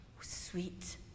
sweet